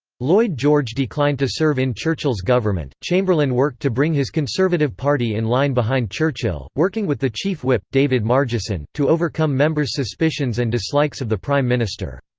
lloyd george declined to serve in churchill's government chamberlain worked to bring his conservative party in line behind churchill, working with the chief whip, david margesson, to overcome members' suspicions and dislikes of the prime minister.